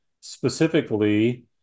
specifically